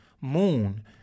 moon